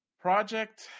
Project